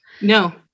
No